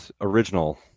original